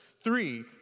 Three